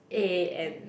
A N